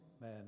man